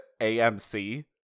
AMC